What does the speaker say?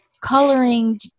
coloring